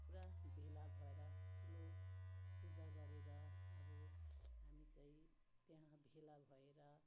पुरा भेला भएर ठुलो पूजा गरेर अब हामी चाहिँ त्यहाँ भेला भएर